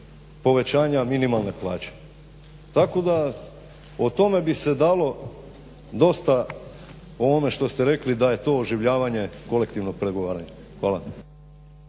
povećanja minimalne plaće. Tako da o tome bi se dalo dosta o ovome što ste rekli da je to oživljavanje kolektivnog pregovaranja. Hvala.